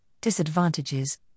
disadvantages